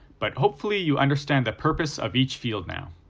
but hopefully you understand the purpose of each field now.